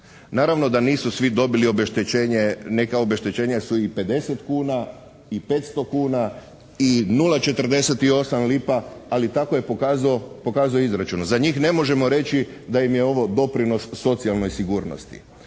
Naravno da nisu svi dobili obeštećenje, neka obeštećenja su i 50 kuna i 500 kuna i 0,48 lipa, ali tako je pokazao izračun. Za njih ne možemo reći da im je ovo doprinos socijalne sigurnosti.